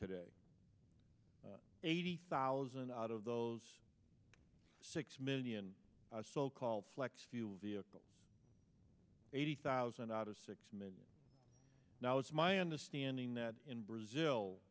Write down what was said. today eighty thousand out of those six million a so called flex fuel vehicle eighty thousand out of six men now it's my understanding that in brazil